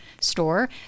store